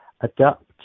adapt